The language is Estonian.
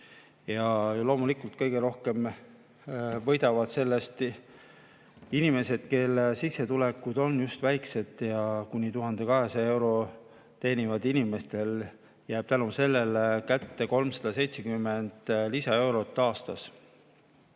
Ja loomulikult kõige rohkem võidavad inimesed, kelle sissetulekud on just väikesed, ja kuni 1200 eurot teenivatel inimestel jääb tänu sellele kätte 370 lisaeurot aastas.